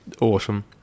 awesome